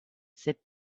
sit